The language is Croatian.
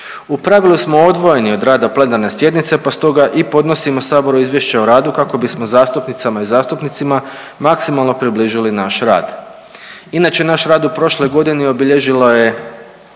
U pravilu smo odvojeni od rada plenarne sjednice, pa stoga i podnosimo Saboru izvješće o radu kako bismo zastupnicama i zastupnicima maksimalno približili naš rad. Inače naš rad u prošloj godini obilježio je